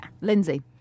Lindsay